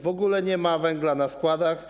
W ogóle nie ma węgla na składach.